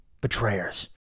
betrayers